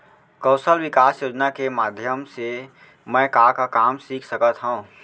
कौशल विकास योजना के माधयम से मैं का का काम सीख सकत हव?